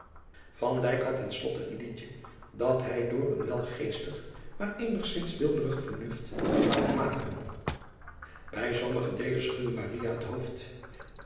had ten slot een liedje dat hij door een wel geestig maar eenigzins weelderig vernuft had laten maken ij sommige deelen schudde het hoofd